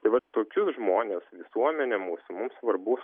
tai vat tokius žmones visuomenė mūsų mums svarbu